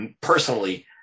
personally